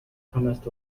comest